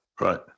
Right